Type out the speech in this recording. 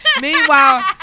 Meanwhile